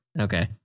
Okay